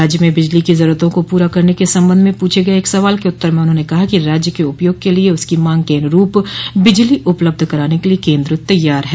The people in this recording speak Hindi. राज्य में बिजली की जरूरतों को पूरा करने के संबंध में पूछे गये एक सवाल के उत्तर में उन्होंने कहा कि राज्य के उपयोग के लिए उसकी मांग के अनुरूप बिजली उपलब्ध कराने के लिए केन्द्र तैयार है